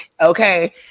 Okay